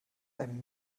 einem